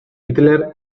hitler